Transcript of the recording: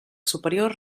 superior